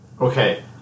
Okay